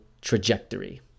trajectory